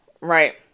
Right